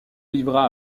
livra